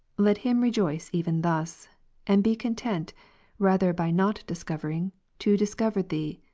let him rejoice even thus and be content rather by not discovering to discover thee,